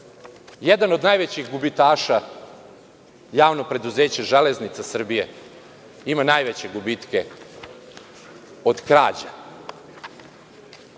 Jedan od najvećih gubitaša je javno preduzeće Železnica Srbije, ima najveće gubitke od krađa.Za